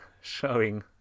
showing